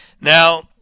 Now